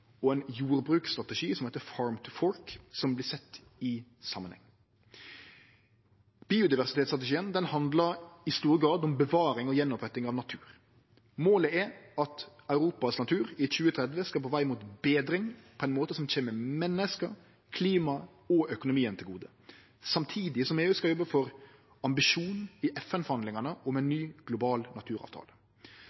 og ein jordbruksstrategi som heiter «Farm to Fork», som vert sette i samanheng. Biodiversitetsstrategien handlar i stor grad om bevaring og gjenoppretting av natur. Målet er at Europas natur i 2030 skal vere på veg mot betring på ein måte som kjem menneska, klimaet og økonomien til gode, samtidig som EU skal jobbe for ein ambisjon i FN-forhandlingane om ein